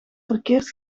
verkeerd